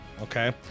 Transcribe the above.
okay